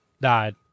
died